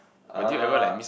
uh